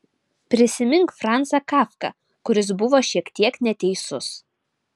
prisimink francą kafką kuris buvo šiek tiek neteisus